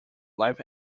live